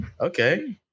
Okay